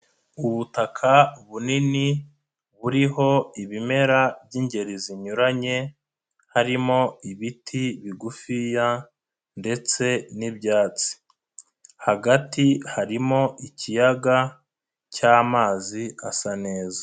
Ubutaka bunini buriho ibimera by'ingeri zinyuranye harimo ibiti bigufiya ndetse n'ibyatsi, hagati harimo ikiyaga cy'amazi asa neza.